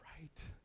right